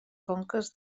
conques